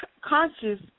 Conscious